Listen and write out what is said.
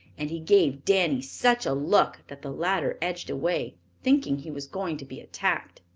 and he gave danny such a look that the latter edged away, thinking he was going to be attacked.